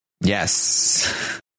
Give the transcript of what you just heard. yes